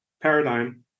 paradigm